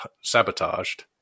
sabotaged